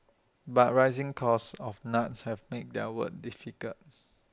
but rising costs of nuts have made their work difficult